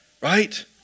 right